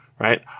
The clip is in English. Right